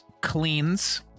cleans